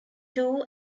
too